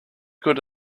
good